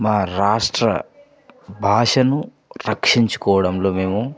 మా రాష్ట్ర భాషను రక్షించుకోవడంలో మేము